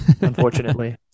unfortunately